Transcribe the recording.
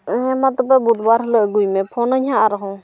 ᱦᱮᱸ ᱢᱟ ᱛᱚᱵᱮ ᱵᱩᱫᱷ ᱵᱟᱨ ᱦᱤᱞᱳᱜ ᱟᱹᱜᱩᱭ ᱢᱮ ᱯᱷᱳᱱᱟᱹᱧ ᱦᱟᱸᱜ ᱟᱨᱦᱚᱸ